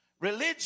religion